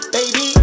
Baby